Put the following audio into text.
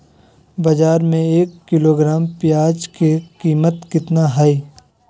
बाजार में एक किलोग्राम प्याज के कीमत कितना हाय?